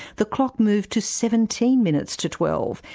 the clock moved to seventeen minutes to twelve,